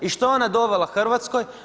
I što je ona dovela Hrvatskoj?